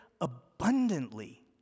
abundantly